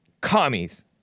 commies